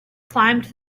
climbed